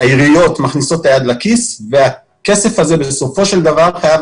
העיריות מכניסות את היד לכיס והכסף הזה בסופו של דבר חייב